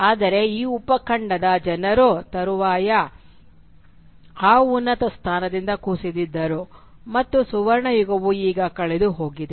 ಆದರೆ ಈ ಉಪಖಂಡದ ಜನರು ತರುವಾಯ ಆ ಉನ್ನತ ಸ್ಥಾನದಿಂದ ಕುಸಿದಿದ್ದರು ಮತ್ತು ಸುವರ್ಣಯುಗವು ಈಗ ಕಳೆದುಹೋಗಿದೆ